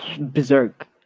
berserk